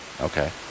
okay